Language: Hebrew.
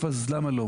למה?